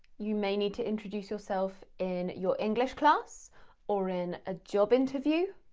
you may need to introduce yourself in your english class or in a job interview.